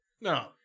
No